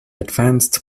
advanced